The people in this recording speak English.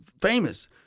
famous